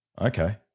okay